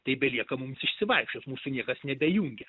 tai belieka mums išsivaikščiot mūsų niekas nebejungia